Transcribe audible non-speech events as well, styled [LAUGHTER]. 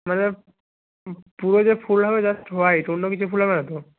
মানে [UNINTELLIGIBLE] পুরো যে ফুল হবে জাস্ট হোয়াইট অন্য কিছু ফুল হবে না তো